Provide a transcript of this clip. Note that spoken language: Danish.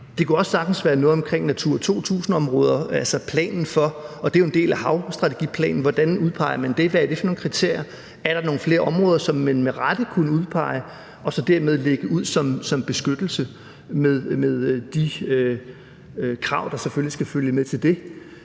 Det kunne også sagtens være noget omkring Natura 2000-områder. En del af havstrategiplanen er jo, at man kigger på, hvordan man udpeger det, hvad det er for nogle kriterier, om der er nogle flere områder, som man med rette kunne udpege og så dermed lægge ud som beskyttelse med de krav, der selvfølgelig skal følge med til det,